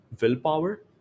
willpower